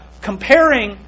comparing